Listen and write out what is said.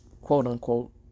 quote-unquote